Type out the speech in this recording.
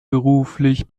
beruflich